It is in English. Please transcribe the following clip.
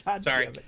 Sorry